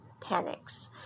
panics